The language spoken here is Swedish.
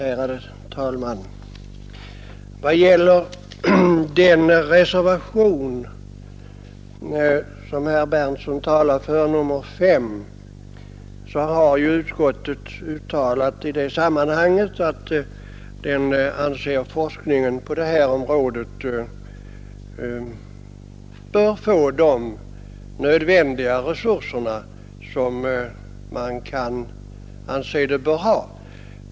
Fru talman! Vad gäller den reservation som herr Berndtsson i Bokenäs talar för, nr 5, så har ju utskottet i det sammanhanget uttalat att det anser att forskningen på detta område bör få de resurser som är nödvändiga.